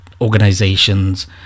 organizations